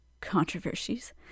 controversies